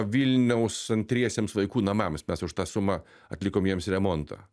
vilniaus antriesiems vaikų namams mes už tą sumą atlikome jiems remontą